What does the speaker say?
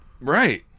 Right